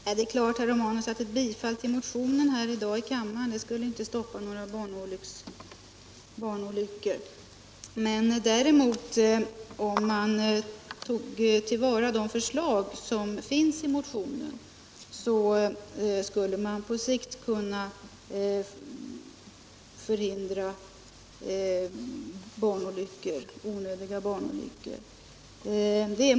Herr talman! Ja, herr Romanus, det är klart att ett bifall till motionen i dag inte omedelbart stoppar några barnolyckor. Men om man tog till vara de förslag som finns i motionen skulle man på sikt kunna förhindra en del barnolyckor.